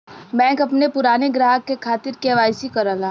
bank अपने पुराने ग्राहक के खातिर के.वाई.सी करला